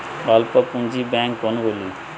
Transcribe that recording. অল্প পুঁজি ব্যাঙ্ক কোনগুলি?